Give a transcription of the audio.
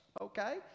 Okay